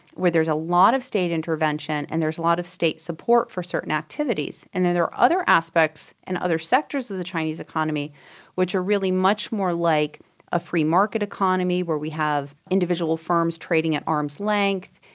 where there's a lot of state intervention and there's a lot of state support for certain activities. and then there are other aspects in other sectors of the chinese economy which are really much more like a free market economy where we have individual firms trading at arm's length,